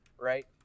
right